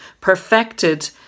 perfected